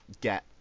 get